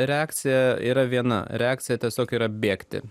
reakcija yra viena reakcija tiesiog yra bėgti